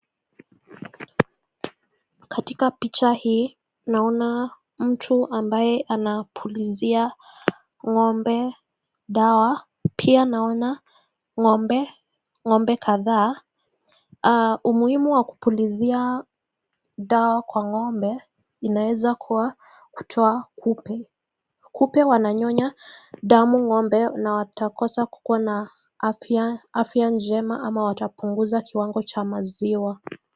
Katika picha hii naona mtu ambaye anapulizia ngombe dawa. Pia naona ngombe kadhaa, umuhimu wa kupulizia dawa kwa ngombe inaweza kutoa kupe, kupe wananyonya, damu ngombe, na watakosa kukuwa na afya njema ama watapunguza kiwango cha maziwa.